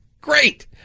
great